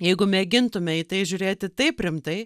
jeigu mėgintume į tai žiūrėti taip rimtai